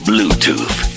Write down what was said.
Bluetooth